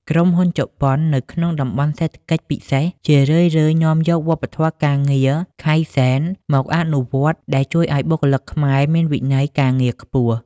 ក្រុមហ៊ុនជប៉ុននៅក្នុង តំបន់សេដ្ឋកិច្ចពិសេស ជារឿយៗនាំយកវប្បធម៌ការងារ "Kaizen" មកអនុវត្ត ដែលជួយឱ្យបុគ្គលិកខ្មែរមានវិន័យការងារខ្ពស់។